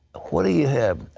what do you have?